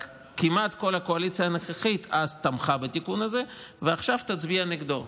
רק שכמעט כל הקואליציה הנוכחית אז תמכה בתיקון הזה ועכשיו תצביע נגדו,